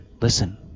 listen